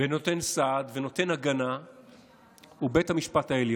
ונותן סעד ונותן הגנה הוא בית המשפט העליון,